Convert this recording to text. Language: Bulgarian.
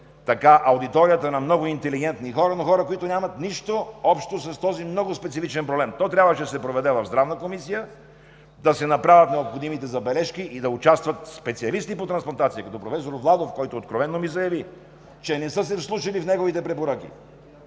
е в аудиторията на много интелигентни хора, но хора, които нямат нищо общо с този много специфичен проблем. То трябваше да се проведе в Здравната комисия, да се направят необходимите забележки и да участват специалисти по трансплантации като професор Владов, който откровено ми заяви, че не са се вслушали в неговите препоръки.